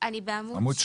אגיד במילה למה נדרש